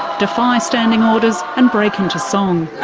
defy standing orders and break into song.